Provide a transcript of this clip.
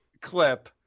clip